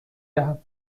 دهم